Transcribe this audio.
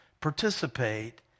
participate